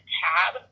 tab